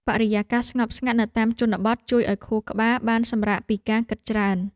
បរិយាកាសស្ងប់ស្ងាត់នៅតាមជនបទ ជួយឱ្យខួរក្បាលបានសម្រាកពីការគិតច្រើន។